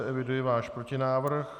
Eviduji váš protinávrh.